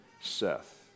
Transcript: Seth